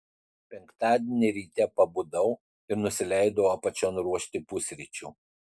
penktadienį ryte pabudau ir nusileidau apačion ruošti pusryčių